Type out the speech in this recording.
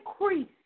increase